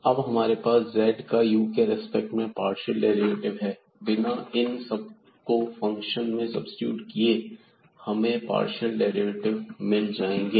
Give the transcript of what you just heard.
अब हमारे पास z का u के रेस्पेक्ट में पार्शियल डेरिवेटिव है बिना इन सब को फंक्शन में सब्सीट्यूट किए और हमें पार्शियल डेरिवेटिव मिल जाएंगे